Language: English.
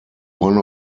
one